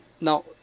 now